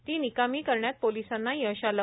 ती निकामी करण्यात पोलिसांना यश आलं